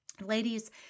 Ladies